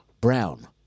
Brown